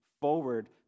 forward